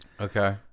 Okay